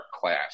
class